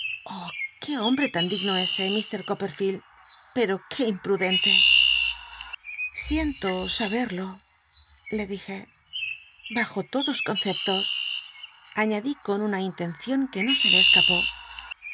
qué hombre tan digno ese m coppcl'ficld pero quó im l'udcnlc siento sa ber o le dij e bajo lodos copccpt os aiíadí con una intcncion que no se le escapó